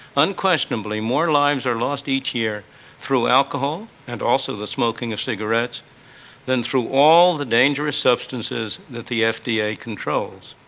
unquestionably, more lives are lost each year through alcohol, and also the smoking of cigarettes than through all the dangerous substances that the fda controls.